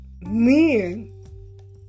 men